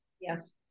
Yes